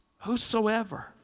Whosoever